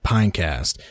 Pinecast